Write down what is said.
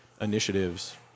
initiatives